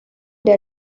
der